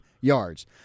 yards